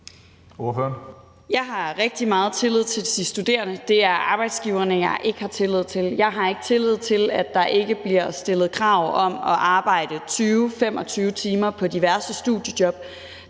Jeg har rigtig meget tillid til de studerende. Det er arbejdsgiverne, jeg ikke har tillid til. Jeg har ikke tillid til, at der ikke bliver stillet krav om at arbejde 20-25 timer på diverse studiejob.